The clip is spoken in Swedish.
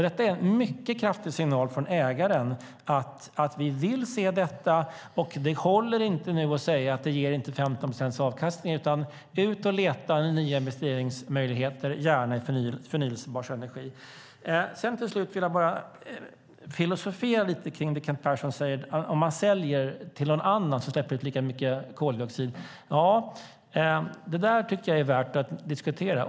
Det är en mycket kraftig signal från ägaren att vi vill se det och att det inte håller att säga att det inte ger 15 procents avkastning. Nu gäller: Ut och leta nya investeringsmöjligheter, gärna i förnybar energi! Sedan vill jag filosofera lite kring det Kent Persson säger om att sälja till någon annan som släpper ut lika mycket koldioxid. Ja, det är värt att diskutera.